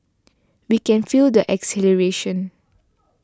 we can feel their exhilaration